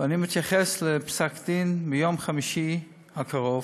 ואני מתייחס לפסק דין ביום חמישי הקרוב,